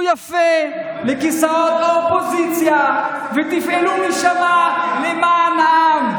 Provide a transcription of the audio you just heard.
תעברו יפה לכיסאות האופוזיציה ותפעלו משם למען העם,